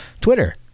Twitter